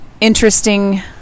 interesting